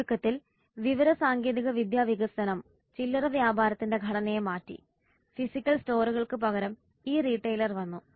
ചുരുക്കത്തിൽ വിവരസാങ്കേതികവിദ്യ വികസനം ചില്ലറവ്യാപാരത്തിന്റെ ഘടനയെ മാറ്റി ഫിസിക്കൽ സ്റ്റോറുകൾക്ക് പകരം ഇ റീട്ടെയിലർ വന്നു